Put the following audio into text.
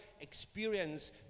experience